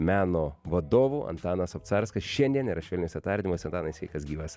meno vadovų antanas obcarskas šiandien yra švelniuose tardymuose antanai sveikas gyvas